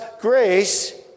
grace